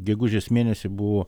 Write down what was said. gegužės mėnesį buvo